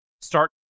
start